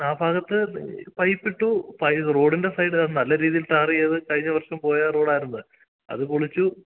ആ ഭാഗത്ത് പൈപ്പ് ഇട്ടു റോഡിൻ്റെ സൈഡിൽ അത് നല്ല രീതിയിൽ ടാർ ചെയ്ത് കഴിഞ്ഞ വർഷം പോയ റോഡായിരുന്നു അത് പൊളിച്ചു